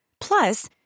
Plus